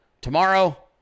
tomorrow